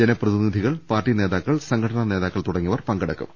ജന പ്രതിനിധികൾ പാർട്ടി നേതാക്കൾ സംഘടനാ നേതാ ക്കൾ തുടങ്ങിയവർ പങ്കെടുക്കും